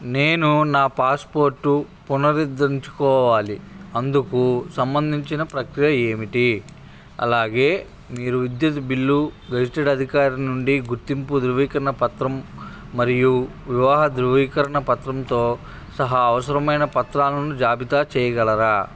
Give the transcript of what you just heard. నేను నా పాస్పోర్ట్ పునరుద్ధరించుకోవాలి అందుకు సంబంధించిన ప్రక్రియ ఏమిటి అలాగే మీరు విద్యుత్ బిల్లు గెజిటెడ్ అధికారి నుండి గుర్తింపు ధృవీకరణ పత్రం మరియు వివాహ ధృవీకరణ పత్రంతో సహా అవసరమైన పత్రాలను జాబితా చెయ్యగలరా